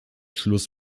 schluss